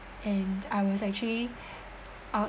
and I was actually